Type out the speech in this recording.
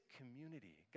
community